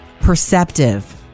perceptive